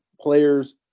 players